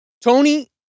Tony